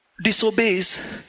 disobeys